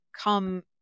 come